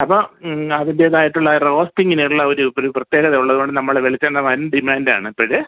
അപ്പോൾ അതിൻറ്റേതായിട്ടുള്ള റോസ്റ്റിംഗിനുള്ള ഒരു ഒരു പ്രത്യേകത ഉള്ളത് കൊണ്ട് നമ്മളുടെ വെളിച്ചെണ്ണ വൻ ഡിമാൻഡാണിപ്പോൾ